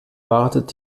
wartet